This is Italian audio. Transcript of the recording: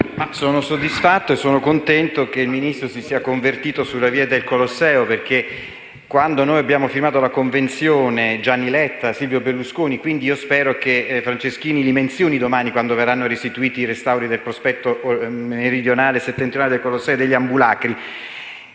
sono soddisfatto e sono contento che il Ministro si sia convertito sulla via del Colosseo. Visto che noi abbiamo firmato la convenzione con Gianni Letta e Silvio Berlusconi, spero che il ministro Franceschini li menzioni domani quando verranno restituiti i restauri dei prospetti meridionali e settentrionali del Colosseo e degli ambulacri.